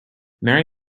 marry